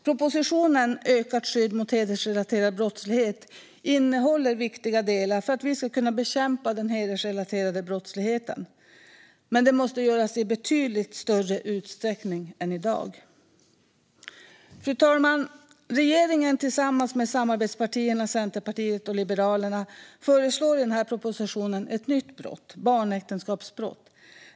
Propositionen Ökat skydd mot hedersrelaterad brottslighet innehåller viktiga delar för att vi ska kunna bekämpa den hedersrelaterade brottsligheten. Men det måste göras i betydligt större utsträckning än i dag. Fru talman! Regeringen föreslår tillsammans med samarbetspartierna Centerpartiet och Liberalerna i propositionen en ny brottsrubricering - barnäktenskapsbrott.